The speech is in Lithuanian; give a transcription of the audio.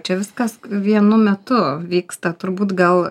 čia viskas vienu metu vyksta turbūt gal